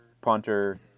punter